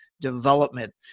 development